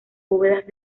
bóvedas